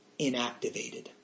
inactivated